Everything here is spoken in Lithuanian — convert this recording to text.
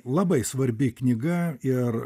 labai svarbi knyga ir